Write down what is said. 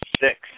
Six